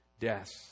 death